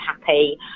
happy